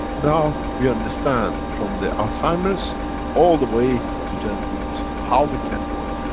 now we understand from the alzheimer's all the way to genitals how we can do it.